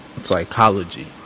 psychology